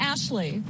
Ashley